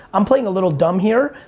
i'm playing a little dumb here.